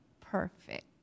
perfect